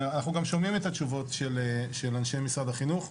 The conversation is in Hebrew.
אנחנו גם שומעים את התשובות של אנשי משרד החינוך.